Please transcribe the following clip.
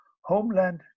homeland